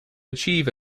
achieve